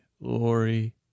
Lori